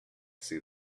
see